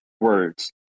words